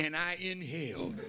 and i inhaled